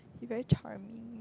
he very charming